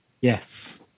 Yes